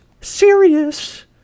serious